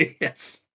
Yes